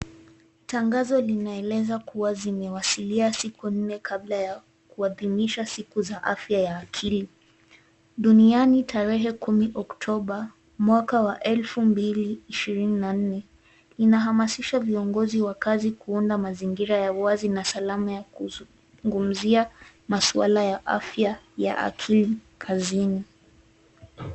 Tangazo linaeleza kuwa zimewasilia siku nne kabla ya kuadhinisha siku za afya ya akili duniani, tarehe kumi oktoba mwaka wa elfu mbili ishirini na nne. Ina hamasisa viongozi wa kazi kuunda mazingira ya uwazi na salama ya kuzungumzia maswala ya afya ya akili kazini.